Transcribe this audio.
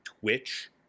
Twitch